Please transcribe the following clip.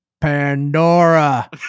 pandora